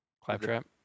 Claptrap